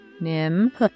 Nim